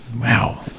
Wow